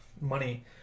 money